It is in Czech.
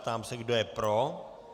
Ptám se, kdo je pro.